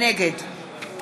נגד